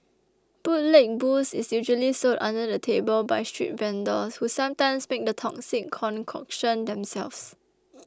bootleg booze is usually sold under the table by street vendors who sometimes make the toxic concoction themselves